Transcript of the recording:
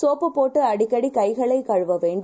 சோப்புபோட்டுஅடிக்கடிகைகளைக்கழுவவேண்டும்